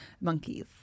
Monkeys